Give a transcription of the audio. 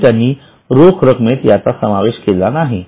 म्हणून त्यांनी रोख रकमेत याचा समावेश केला नाही